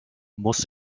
muss